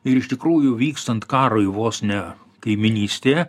ir iš tikrųjų vykstant karui vos ne kaimynystėje